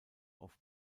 auf